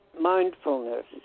mindfulness